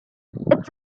it’s